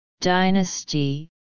Dynasty